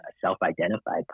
self-identified